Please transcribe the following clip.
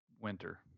winter